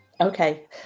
okay